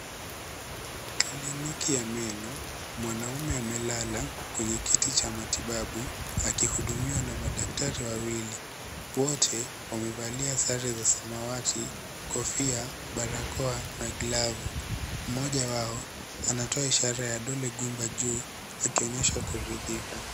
Kliniki ya meno. Mwanaume amelala kwenye kiti cha matibabu, akihudumiwa na madaktari wawili. Wote wamevalia sare za samawati, kofia, barakoa na glavu. Mmoja wao anatoa ishara ya dole gumba juu akionyesha kuridhika.